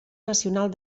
nacional